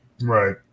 Right